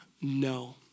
No